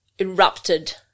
erupted